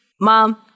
mom